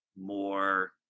more